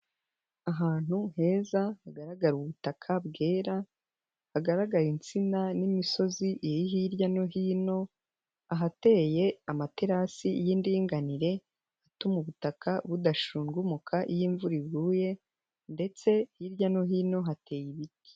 Ahantu heza hagaragara ubutaka bwera, hagaragara insina n'imisozi iri hirya no hino, ahateye amaterasi y'indinganire, atuma ubutaka budashungumuka iyo imvura iguye ndetse hirya no hino hateye ibiti.